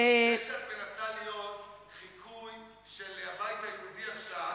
זה שאת מנסה להיות חיקוי של הבית היהודי עכשיו,